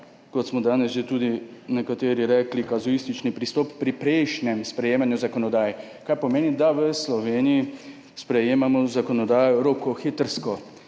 kot smo danes že tudi nekateri rekli, kazuistični pristop pri prejšnjem sprejemanju zakonodaje, kar pomeni, da v Sloveniji sprejemamo zakonodajo rokohitrsko.